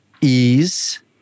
ease